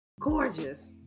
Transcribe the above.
Gorgeous